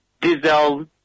diesel